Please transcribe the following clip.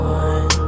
one